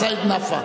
ו"בעדין" סעיד נפאע.